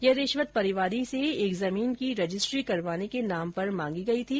ये रिश्वत परिवादी से एक जमीन की रजिस्ट्री करवाने के नाम पर मांगी गई थी